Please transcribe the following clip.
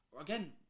again